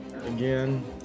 again